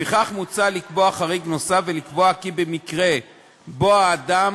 מוצע לקבוע חריג נוסף ולקבוע כי במקרה שבו האדם